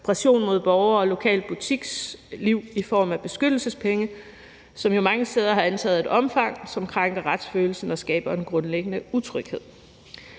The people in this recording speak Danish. pression mod borgere og lokalt butiksliv i form af at opkræve beskyttelsespenge jo mange steder har antaget et omfang, som krænker retsfølelsen og skaber en grundlæggende utryghed.